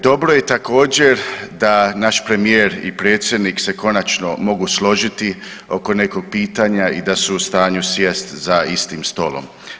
Dobro je također, da naš premijer i predsjednik se konačno mogu složiti oko nekog pitanja i da su u stanju sjest za istim stolom.